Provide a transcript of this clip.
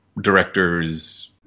directors